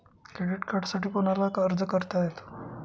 Credit कार्डसाठी कोणाला अर्ज करता येतो?